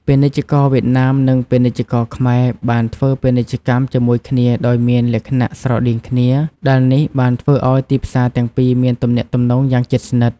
ពាណិជ្ជករវៀតណាមនិងពាណិជ្ជករខ្មែរបានធ្វើពាណិជ្ជកម្មជាមួយគ្នាដោយមានលក្ខណៈស្រដៀងគ្នា ដែលនេះបានធ្វើឱ្យទីផ្សារទាំងពីរមានទំនាក់ទំនងយ៉ាងជិតស្និទ្ធ។